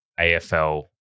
afl